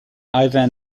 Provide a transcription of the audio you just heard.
ivan